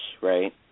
right